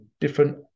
different